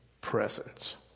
presence